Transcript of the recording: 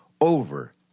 over-